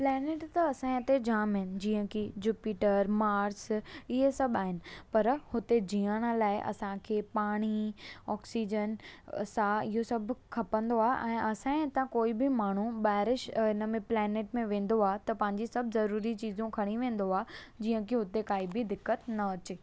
planet त असां ऐं हिते जाम आहिनि जींअ की जुपिटर मार्स इहे सभु आहिनि पर हुते जीअण लाइ असांखे पाणी ऑक्सीजन साहु इहो सभु खपंदो आहे ऐं असां हिते कोई बि माण्हू बारिश प्लानेट ते वेंदो आहे त पंहिंजी सभु ज़रूरी शयूं खणी वेंदो आहे जीअं त उते का बि दिक़त न अचे